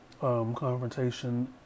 confrontation